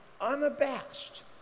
unabashed